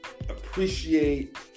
appreciate